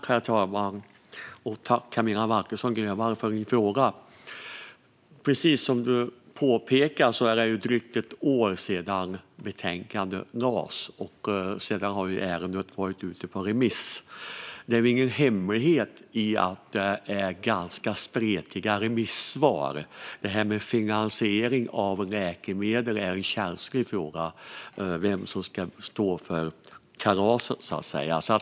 Herr talman! Tack, Camilla Waltersson Grönvall, för din fråga! Som du påpekade är det drygt ett år sedan betänkandet lades fram. Sedan dess har ärendet varit ute på remiss, och det är ingen hemlighet att remissvaren spretar ganska mycket. Detta med finansiering av läkemedel, vem som så att säga ska stå för kalaset, är en känslig fråga.